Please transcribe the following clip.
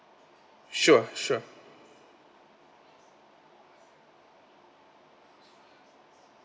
sure sure